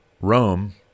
Rome